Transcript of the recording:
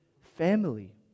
family